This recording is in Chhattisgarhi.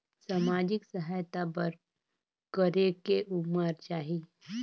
समाजिक सहायता बर करेके उमर चाही?